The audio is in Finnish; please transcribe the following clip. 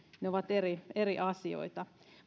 ne ovat eri eri asioita